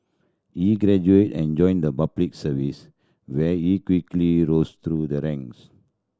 he graduated and joined the Public Service where he quickly rose through the ranks